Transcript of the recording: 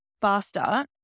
faster